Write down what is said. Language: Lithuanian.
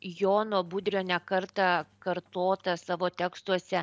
jono budrio ne kartą kartotą savo tekstuose